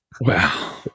Wow